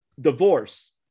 divorce